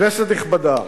כנסת נכבדה,